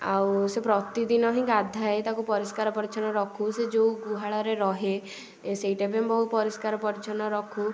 ଆଉ ସେ ପ୍ରତିଦିନ ହିଁ ତାକୁ ଗାଧାଏ ତାକୁ ପରିଷ୍କାର ପରିଚ୍ଛନ୍ନ ରଖୁ ସେ ଯେଉଁ ଗୁହାଳରେ ରହେ ସେଇଟା ବି ବହୁ ପରିଷ୍କାର ପରିଚ୍ଛନ ରଖୁ